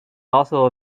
also